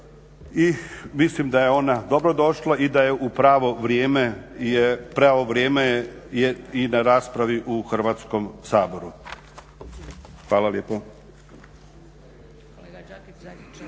i mislim da je ona dobro došla i da je u pravo vrijeme jer pravo vrijeme je i na raspravi u Hrvatskom saboru. Hvala lijepo.